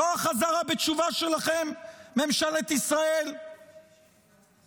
זו החזרה בתשובה שלכם, ממשלת ישראל והקואליציה,